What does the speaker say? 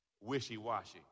Wishy-washy